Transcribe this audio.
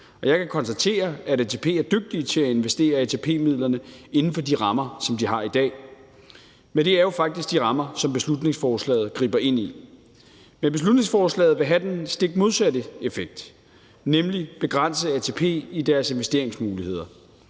jeg kan konstatere, at ATP er dygtige til at investere ATP-midlerne inden for de rammer, som de har i dag. Men det er jo faktisk de rammer, som beslutningsforslaget griber ind i. Beslutningsforslaget vil have den stik modsatte effekt, nemlig begrænse ATP i deres investeringsmuligheder.